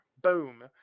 Boom